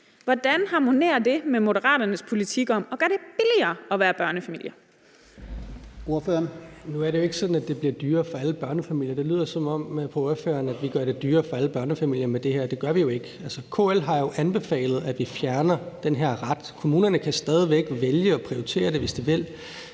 Brask): Ordføreren. Kl. 10:40 Rasmus Lund-Nielsen (M): Nu er det jo ikke sådan, at det bliver dyrere for alle børnefamilier. Det lyder på ordføreren, som om vi gør det dyrere for alle børnefamilier med det her lovforslag. Det gør vi jo ikke. KL har anbefalet, at vi fjerner den her ret. Kommunerne kan stadig væk vælge at prioritere det, hvis de vil.